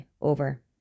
Over